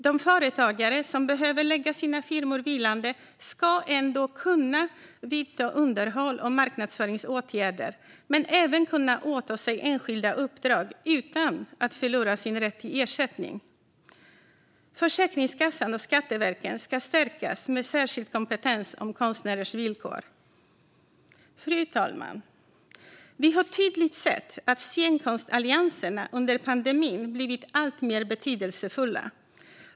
De företagare som behöver lägga sina firmor vilande ska kunna vidta underhålls och marknadsföringsåtgärder och åta sig enskilda uppdrag utan att förlora sin rätt till ersättning. Försäkringskassan och Skatteverket ska stärkas med särskild kompetens om konstnärers villkor. Fru talman! Vi har tydligt sett att scenkonstallianserna under pandemin blivit alltmer betydelsefulla.